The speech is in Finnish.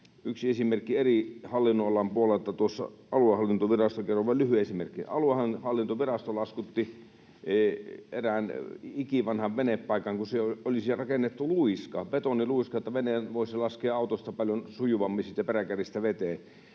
Yksi esimerkki eri hallinnonalan puolelta aluehallintovirastosta. Kerron vain lyhyen esimerkin. Aluehallintovirasto laskutti erästä ikivanhaa venepaikkaa, kun siihen oli rakennettu betoniluiska, niin että veneen voisi laskea autosta, siitä peräkärristä, paljon